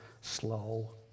slow